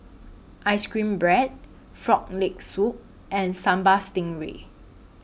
Ice Cream Bread Frog Leg Soup and Sambal Stingray